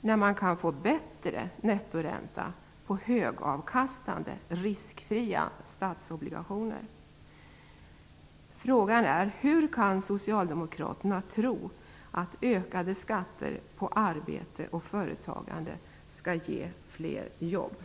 när det går att få bättre nettoränta på högavkastande riskfria statsobligationer. Hur kan Socialdemokraterna tro att ökade skatter på arbete och företagande skall ge fler jobb?